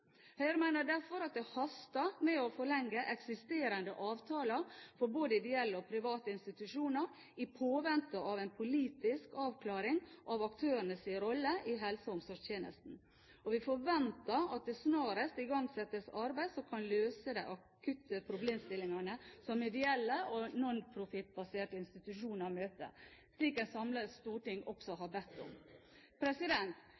Høyre mener derfor at det haster med å forlenge eksisterende avtaler for både ideelle og private institusjoner i påvente av en politisk avklaring av aktørenes rolle i helse- og omsorgstjenesten. Og vi forventer at det snarest igangsettes arbeid som kan løse de akutte problemstillingene som ideelle og nonprofitbaserte institusjoner møter, slik et samlet storting også